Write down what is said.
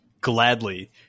Gladly